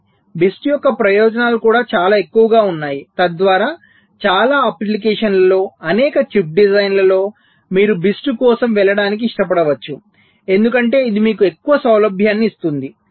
కానీ BIST యొక్క ప్రయోజనాలు కూడా చాలా ఎక్కువగా ఉన్నాయి తద్వారా చాలా అప్లికేషన్స్లలో అనేక చిప్ డిజైన్లలో మీరు BIST కోసం వెళ్ళడానికి ఇష్టపడవచ్చు ఎందుకంటే ఇది మీకు ఎక్కువ సౌలభ్యాన్ని ఇస్తుంది